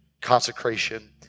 consecration